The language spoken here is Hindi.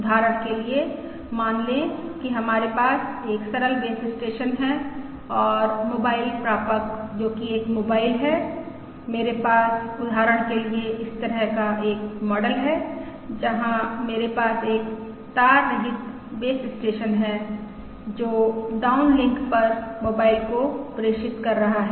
उदाहरण के लिए मान लें कि हमारे पास एक सरल बेस स्टेशन है और मोबाइल प्रापक जो कि एक मोबाइल है मेरे पास उदाहरण के लिए इस तरह का एक मॉडल है जहां मेरे पास एक तार रहित बेस स्टेशन है जो डाउनलिंक पर मोबाइल को प्रेषित कर रहा है